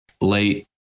late